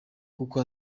kuko